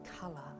color